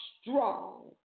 strong